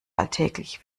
alltäglich